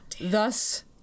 thus